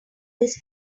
his